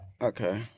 Okay